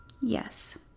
Yes